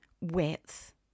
width